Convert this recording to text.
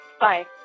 Bye